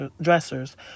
dressers